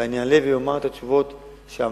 ואעלה ואומר את התשובות שאמרתי,